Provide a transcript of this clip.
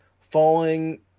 falling